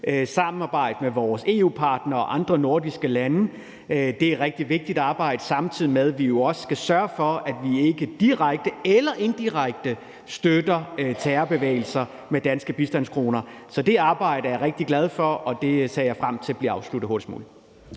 samarbejde med vores EU-partnere og andre nordiske lande. Det er jo et rigtig vigtigt arbejde, samtidig med at vi også skal sørge for, at vi ikke direkte eller indirekte støtter terrorbevægelser med danske bistandskroner. Så det arbejde er jeg rigtig glad for, og det ser jeg frem til bliver afsluttet hurtigst